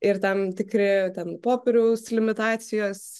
ir tam tikri ten popieriaus limitacijos